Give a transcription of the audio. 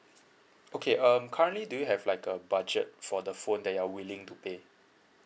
okay um currently do you have like a budget for the phone that you're willing to pay